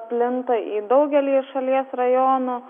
plinta į daugelį šalies rajonų